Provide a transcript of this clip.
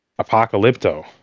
Apocalypto